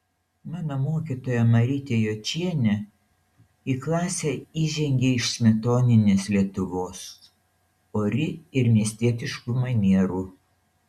mano mokytoja marytė jočienė į klasę įžengė iš smetoninės lietuvos ori ir miestietiškų manierų